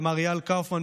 למר אייל קאופמן,